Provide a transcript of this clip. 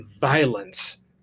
violence